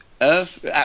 Earth